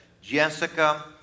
Jessica